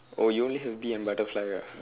oh you only have bee and butterfly ah